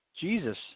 Jesus